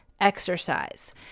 exercise